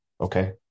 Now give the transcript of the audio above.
okay